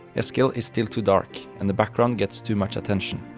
eskild is still too dark and the background gets too much attention.